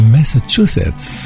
Massachusetts